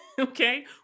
Okay